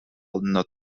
алдында